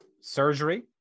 surgery